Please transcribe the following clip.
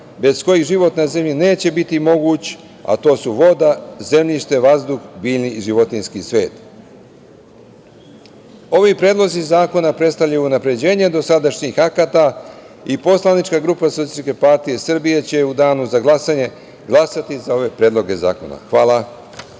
bez kojih život na zemlji neće biti moguć, a to su vodu, zemljište, vazduh, biljni i životinjski svet. Ovi predlozi zakona predstavljaju unapređenje dosadašnjih akata i poslanička grupa SPS će u danu za glasanje glasati za ove predloge zakona. Hvala